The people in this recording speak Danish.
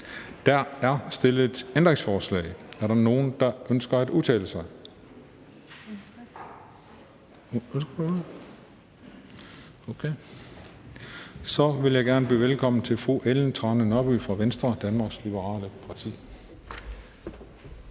Der er stillet ændringsforslag. Er der nogen, der ønsker at udtale sig? Så vil jeg gerne byde velkommen til fru Ellen Trane Nørby, Venstre, Danmarks Liberale Parti.